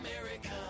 America